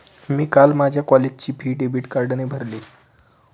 मी काल माझ्या कॉलेजची फी डेबिट कार्डने भरली